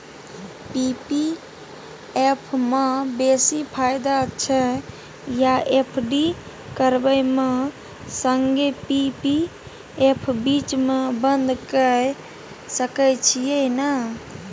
P P F म बेसी फायदा छै या एफ.डी करबै म संगे पी.पी एफ बीच म बन्द के सके छियै न?